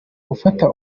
gufata